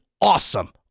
awesome